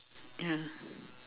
ya